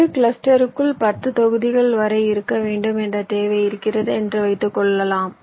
ஒரு கிளஸ்டருக்குள் 10 தொகுதிகள் வரை இருக்க வேண்டும் என்ற தேவை இருக்கிறது என்று வைத்துக்கொள்வோம்